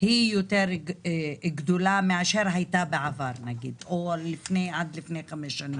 היא יותר גדולה מאשר הייתה בעבר או עד לפני חמש שנים?